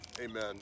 Amen